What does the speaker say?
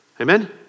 Amen